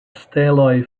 steloj